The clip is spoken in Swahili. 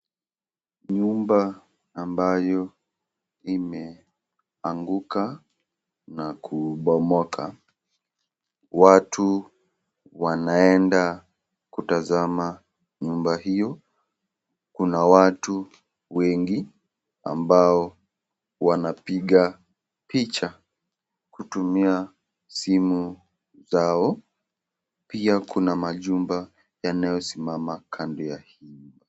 Nyumba ambayo imeanguka na kupomoka. Watu wanaenda kutazama nyumba hiyo, kuna watu wengi ambao wanapiga picha kutumia simu zao, pia kuna kuna machumba yanayosimama kando ya hii nyumba.